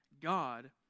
God